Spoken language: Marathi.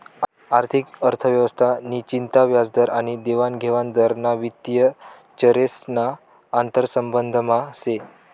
आर्थिक अर्थव्यवस्था नि चिंता व्याजदर आनी देवानघेवान दर ना वित्तीय चरेस ना आंतरसंबंधमा से